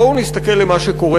בואו נסתכל על מה שקורה